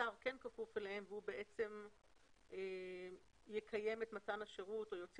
השר כן כפוף אליהם והוא בעצם יקיים את מתן השירות או יוציא